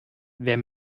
wer